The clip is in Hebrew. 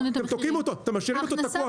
אתם תוקעים אותו, אתם משאירים אותו תקוע.